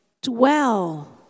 Dwell